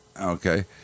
okay